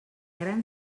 gran